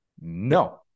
no